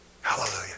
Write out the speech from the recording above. Hallelujah